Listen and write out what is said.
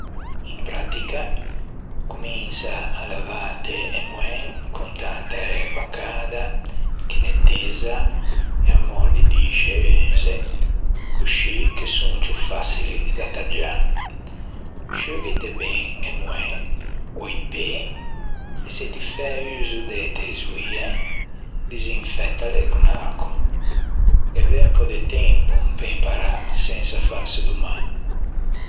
In prattica cominsa à lavâte e moen con tanta ægua cada chi nettezza e amorbidisce e unze, coscì che son ciù façili da taggiâ. Sciughite ben e moen ò i pê e se ti fæ uso de tesoie, disinfettale con arcòl. Ghe veu un pö de tempo pe imparâ sensa fâse do mâ.